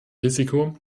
risiko